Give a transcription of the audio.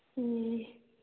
ए